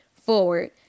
forward